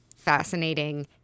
fascinating